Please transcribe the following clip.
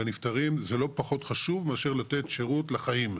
לנפטרים זה לא פחות חשוב מאשר לתת שירות לחיים.